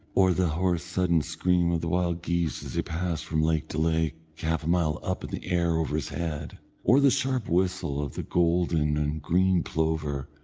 or the hoarse sudden scream of the wild-geese, as they passed from lake to lake, half a mile up in the air over his head or the sharp whistle of the golden and green plover,